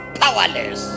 powerless